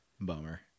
Bummer